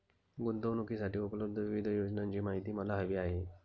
गुंतवणूकीसाठी उपलब्ध विविध योजनांची माहिती मला हवी आहे